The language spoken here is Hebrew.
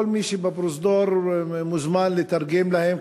כל מי שבפרוזדור מוזמן לתרגם להם,